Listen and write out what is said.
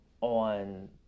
on